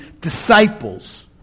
disciples